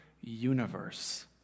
universe